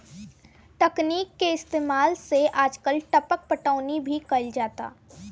तकनीक के इस्तेमाल से आजकल टपक पटौनी भी कईल जाता